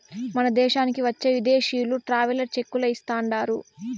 మన దేశానికి వచ్చే విదేశీయులు ట్రావెలర్ చెక్కులే ఇస్తాండారు